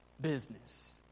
business